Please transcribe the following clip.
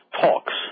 talks